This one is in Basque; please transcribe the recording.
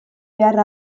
behar